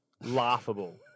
laughable